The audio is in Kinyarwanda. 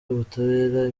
ubutabera